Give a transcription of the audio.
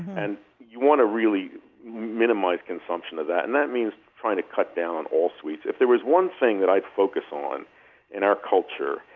and you want to really minimize consumption of that, and that means trying to cut down on all sweets. if there was one thing that i'd focus on in our culture,